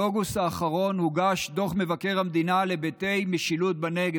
באוגוסט האחרון הוגש דוח מבקר המדינה על היבטי משילות בנגב.